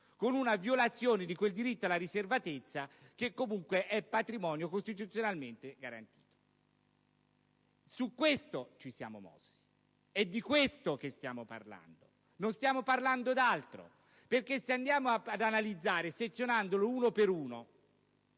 con una violazione del diritto alla riservatezza, che comunque è patrimonio costituzionalmente garantito. Su questo ci siamo mossi; è di questo che stiamo parlando, non di altro. Infatti, se andiamo ad analizzare sezionando uno per uno